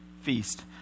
feast